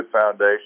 foundation